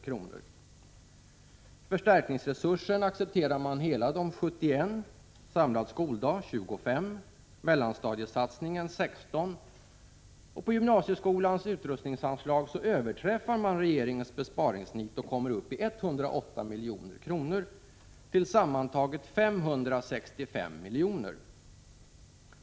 Beträffande förstärkningsresursen accepterar man hela besparingen på 71 miljoner, för den samlade skoldagen en besparing på 25 miljoner och för mellanstadiesatsningen 16 miljoner. När det gäller gymnasieskolans utrustningsanslag överträffar man regeringens besparingsnit och kommer upp i 108 miljoner. Tillsammans är det alltså en besparing på 565 miljoner.